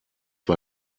war